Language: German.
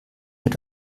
mit